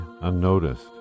unnoticed